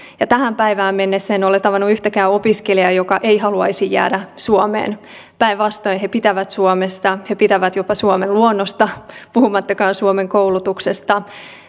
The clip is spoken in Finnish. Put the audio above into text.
ja tähän päivään mennessä en ole tavannut yhtäkään opiskelijaa joka ei haluaisi jäädä suomeen päinvastoin he pitävät suomesta he pitävät jopa suomen luonnosta puhumattakaan suomen koulutuksesta